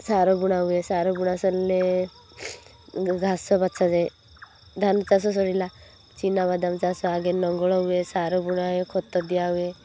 ସାର ବୁଣା ହୁଏ ସାର ବୁଣା ସରିଲେ ଘାସ ବଛା ଯାଏ ଧାନ ଚାଷ ସରିଲା ଚିନାବାଦାମ ଚାଷ ଆଗେ ନଙ୍ଗଳ ହୁଏ ସାର ବୁଣା ହୁଏ ଖତ ଦିଆହୁଏ